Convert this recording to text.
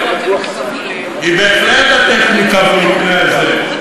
היא בהחלט הטכניקה שלפני זה.